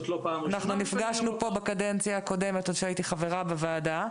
אנחנו נפגשנו פה בקדנציה הקודמת עוד כשהייתי חברה בוועדה.